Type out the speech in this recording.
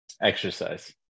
exercise